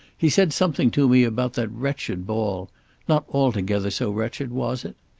he said something to me about that wretched ball not altogether so wretched! was it?